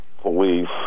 police